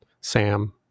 Sam